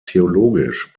theologisch